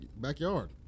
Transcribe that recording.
backyard